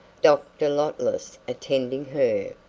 dr. lotless attending her,